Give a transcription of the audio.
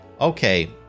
okay